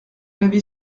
avait